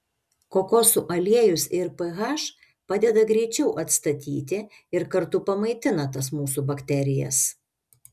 kokosų aliejus ir ph padeda greičiau atstatyti ir kartu pamaitina tas mūsų bakterijas